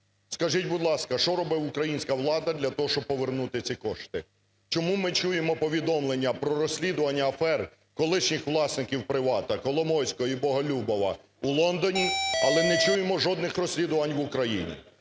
Скажіть, будь ласка, що робить українська влада для того, щоб повернути ці кошти? Чому ми чуємо повідомлення про розслідування афер колишніх власників "Привату" Коломойського і Боголюбова у Лондоні, але не чуємо жодних розслідувань в Україні?